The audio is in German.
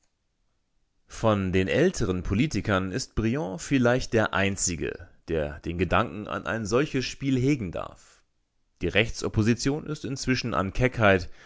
von den älteren politikern ist briand vielleicht der einzige der den gedanken an ein solches spiel hegen darf die rechtsopposition ist inzwischen an